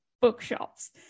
bookshops